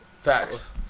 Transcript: Facts